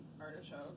artichoke